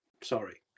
Sorry